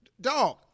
Dog